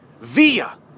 Via